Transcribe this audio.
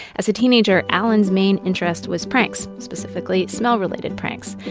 as a teenager alan's main interest was pranks, specifically smell related pranks.